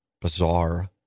bizarre